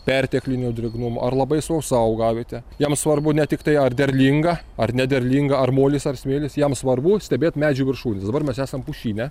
perteklinio drėgnumo ar labai sausa augavietė jam svarbu ne tiktai ar derlinga ar nederlinga ar molis ar smėlis jam svarbu stebėt medžių viršūnes dabar mes esam pušyne